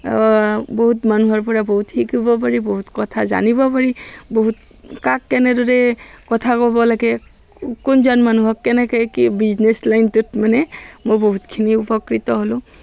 বহুত মানুহৰ পৰা বহুত শিকিব পাৰি বহুত কথা জানিব পাৰি বহুত কাক কেনেদৰে কথা ক'ব লাগে কোনজন মানুহক কেনেকে কি বিজনেছ লাইনটোত মানে মই বহুতখিনি উপকৃত হ'লোঁ